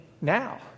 now